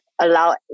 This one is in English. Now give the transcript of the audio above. allow